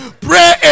pray